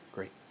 Great